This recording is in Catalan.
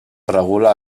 regula